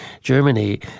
Germany